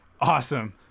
Awesome